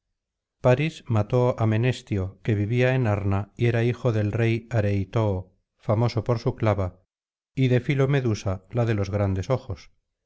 paris mató á menestio que vivía en arna y era hijo del rey areitoo famoso por su clava y de filomedusa la de los grandes ojos